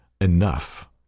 enough